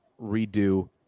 redo